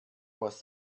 was